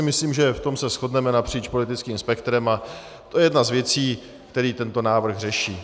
Myslím, že v tom se shodneme napříč politickým spektrem, a to je jedna z věcí, kterou tento návrh řeší.